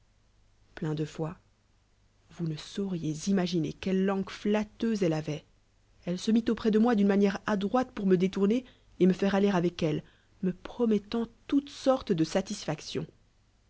pleth de fois vous ne sac riez imaginer quelle langue fiatterise elle avait elle se mit auprès de moi d'une manière adroite pour me détourner et me faite aber avec eue me pmmettant toutes sortes de satisfattions